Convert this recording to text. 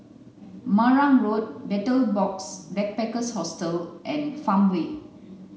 Marang Road Betel Box Backpackers Hostel and Farmway